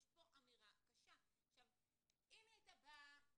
אם היא הייתה באה